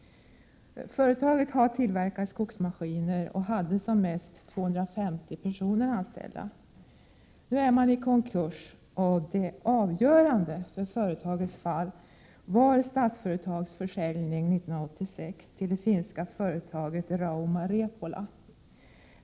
Företaget har tillverkat skogsmaskiner och hade som mest 250 personer anställda. Nu är det i konkurs och det avgörande för företagets fall var Statsföretags försäljning 1986 till det finska företaget Rauma Repola!